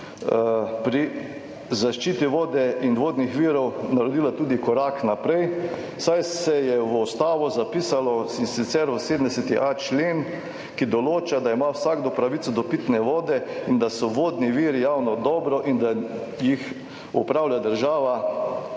pri zaščiti vode in vodnih virov naredila tudi korak naprej, saj se je v Ustavo zapisalo, in sicer v 7.a člen, ki določa, da ima vsakdo pravico do pitne vode, in da so vodni viri javno dobro, in da jih upravlja država,